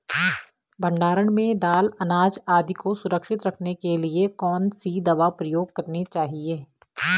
भण्डारण में दाल अनाज आदि को सुरक्षित रखने के लिए कौन सी दवा प्रयोग करनी चाहिए?